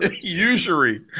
Usury